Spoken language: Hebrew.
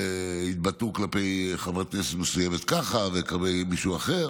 התבטאו כלפי חברת כנסת מסוימת כה וכלפי מישהו אחר,